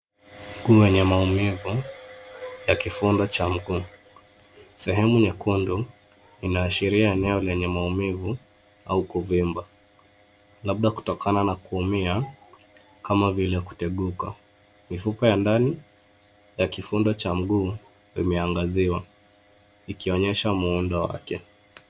Kuna maumivu ya kifundo cha mguu. Sehemu nyekundu inaashiria eneo lenye maumivu au kuvimba labda kutokana na kutumia kama vile kuteguka. Mifupa ya ndani ya kifundo cha mguu imeangaziwa ikionyesha muundo wake.